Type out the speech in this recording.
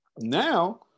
Now